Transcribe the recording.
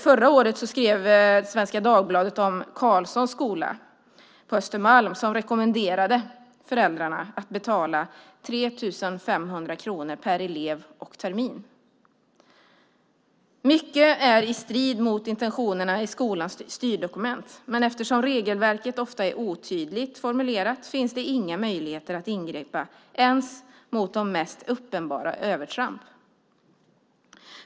Förra året skrev Svenska Dagbladet om Carlssons skola på Östermalm som rekommenderade föräldrarna att betala 3 500 kronor per elev och termin. Mycket är i strid mot intentionerna i skolans styrdokument, men eftersom regelverket ofta är otydligt formulerat finns det inga möjligheter att ingripa ens mot de mest uppenbara övertramp.